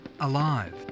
alive